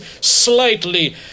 slightly